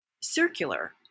circular